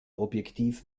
objektiv